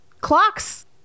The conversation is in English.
clocks